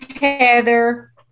Heather